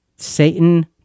Satan